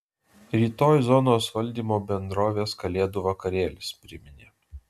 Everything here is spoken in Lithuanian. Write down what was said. rytoj zonos valdymo bendrovės kalėdų vakarėlis priminė